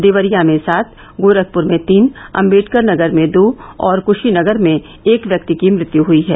देवरिया में सात गोरखपुर में तीन अम्बेडकर नगर में दो और कुशीनगर में एक व्यक्ति की मृत्यु हुई है